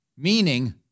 Meaning